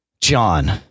John